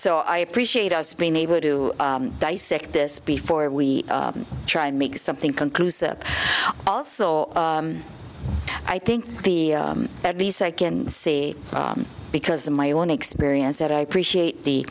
so i appreciate us being able to dissect this before we try and make something conclusive also i think the at least i can see because of my own experience that i appreciate the